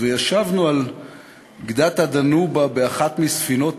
וישבנו על גדת הדנובה באחת מספינות